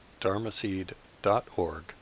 dharmaseed.org